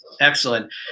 excellent